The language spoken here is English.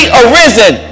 arisen